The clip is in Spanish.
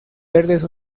verdes